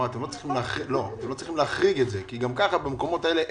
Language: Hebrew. אתם לא צריכים להחריג את זה כי גם ככה במקומות האלה אין.